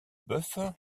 bœuf